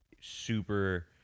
super